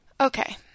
Okay